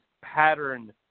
pattern